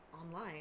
Online